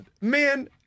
Man